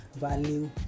value